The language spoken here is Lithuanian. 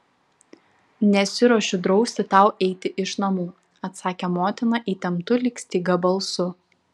nesiruošiu drausti tau eiti iš namų atsakė motina įtemptu lyg styga balsu